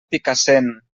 picassent